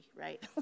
right